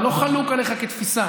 אני לא חלוק עליך בתפיסה.